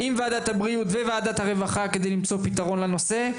עם וועדת הבריאות וועדת הרווחה כדי למצוא פתרון לנושא.